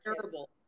terrible